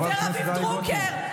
ורביב דרוקר,